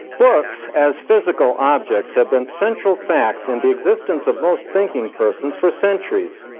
books as physical objects have been central facts in the existence of most thinking persons for centuries,